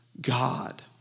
God